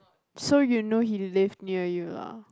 so you know he live near you lah